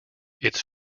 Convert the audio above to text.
its